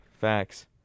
Facts